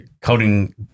coding